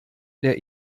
der